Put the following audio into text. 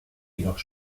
jedoch